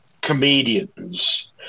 comedians